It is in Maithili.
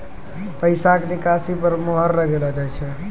पैसा के निकासी पर मोहर लगाइलो जाय छै